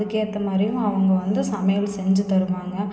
அதுக்கேற்ற மாதிரியும் அவங்க வந்து சமையல் செஞ்சு தருவாங்க